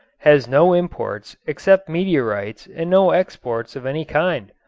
has no imports except meteorites and no exports of any kind.